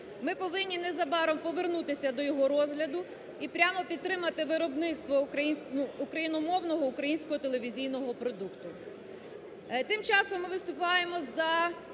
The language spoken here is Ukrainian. Ми повинні незабаром повернутися до його розгляду і прямо підтримати виробництво україномовного, українського телевізійного продукту. Тим часом ми виступаємо за